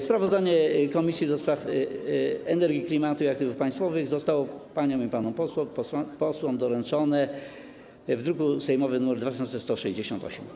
Sprawozdanie Komisji do Spraw Energii, Klimatu i Aktywów Państwowych zostało paniom i panom posłom doręczone w druku sejmowym nr 2168.